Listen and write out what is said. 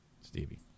Stevie